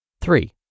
Three